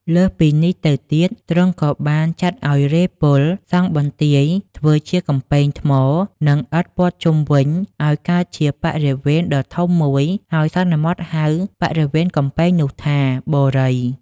លើសពីនេះទៅទៀត ទ្រង់ក៏បានចាត់ឲ្យរេហ៍ពលសង់បន្ទាយធ្វើជាកំពែងថ្ម និងឥដ្ឋព័ទ្ធជុំវិញឲ្យកើតជាបរិវេណដ៏ធំមួយ ហើយសន្មតហៅបរិវេណកំពែងនោះថា "បូរី"។